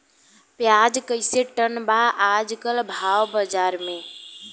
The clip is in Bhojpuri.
प्याज कइसे टन बा आज कल भाव बाज़ार मे?